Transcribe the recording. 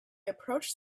approached